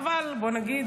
אבל בואו נגיד,